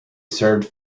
served